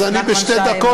אז אני בשתי דקות,